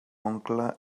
oncle